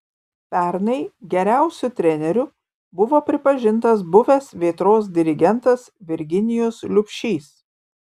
pernai geriausiu treneriu buvo pripažintas buvęs vėtros dirigentas virginijus liubšys